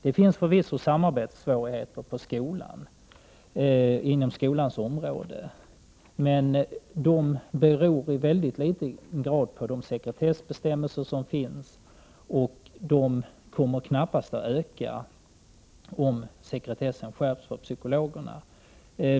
Det finns förvisso samarbetssvårigheter inom skolans område, men de beror i mycket liten grad på de sekretessbestämmelser som finns, och de kommer knappast att öka om sekretessen skärps för psykologerna.